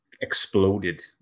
exploded